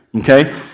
Okay